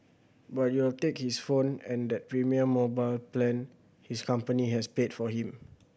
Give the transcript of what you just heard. but you'll take his phone and that premium mobile plan his company has paid for him